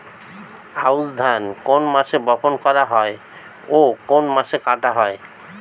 আউস ধান কোন মাসে বপন করা হয় ও কোন মাসে কাটা হয়?